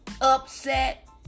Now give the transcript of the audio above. upset